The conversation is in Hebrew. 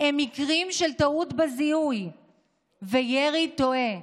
הם מקרים של טעות בזיהוי וירי תועה.